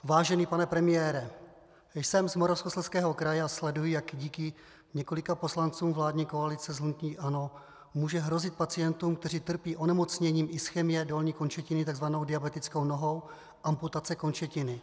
Vážený pane premiére, jsem z Moravskoslezského kraje a sleduji, jak díky několika poslancům vládní koalice z hnutí ANO může hrozit pacientům, kteří trpí onemocněním ischemie dolní končetiny, takzvanou diabetickou nohou, amputace končetiny.